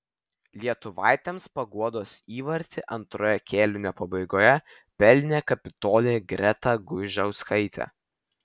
lietuvaitėms paguodos įvartį antrojo kėlinio pabaigoje pelnė kapitonė greta guižauskaitė